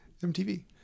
MTV